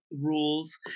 rules